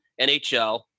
NHL